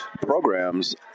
programs